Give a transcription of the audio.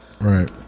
Right